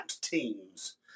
Teams